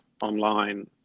online